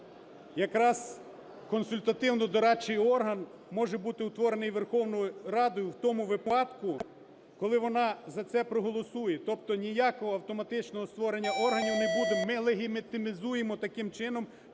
якраз консультативно-дорадчий орган може бути утворений Верховною Радою в тому випадку, коли вона за це проголосує. Тобто ніякого автоматичного створення органів не буде. Ми легітимізуємо таким чином